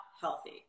healthy